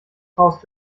faust